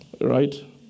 Right